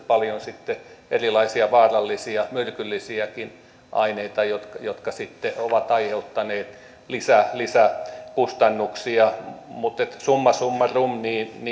paljon sitten erilaisia vaarallisia myrkyllisiäkin aineita jotka jotka sitten ovat aiheuttaneet lisäkustannuksia mutta summa summarum